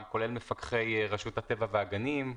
כולל מפקחי רשות הטבע והגנים.